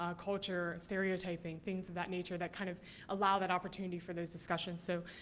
ah culture, stereotyping, things of that nature. that kind of allow that opportunity for those discussions. so,